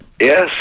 Yes